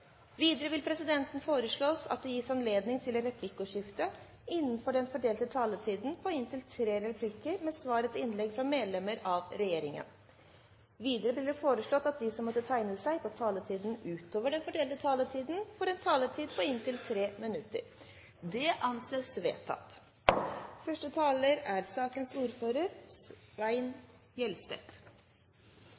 Videre vil presidenten foreslå at det gis anledning til replikkordskifte på inntil tre replikker med svar etter innlegg fra medlem av regjeringen innenfor den fordelte taletid. Videre blir det foreslått at de som måtte tegne seg på talerlisten utover den fordelte taletid, får en taletid på inntil 3 minutter. – Det anses vedtatt.